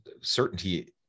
certainty